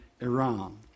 Iran